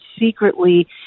secretly